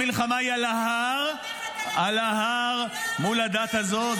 לכן המלחמה היא על ההר ------- מול הדת הזאת.